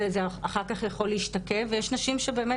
ואחר כך יכול להשתקם ויש נשים שבאמת,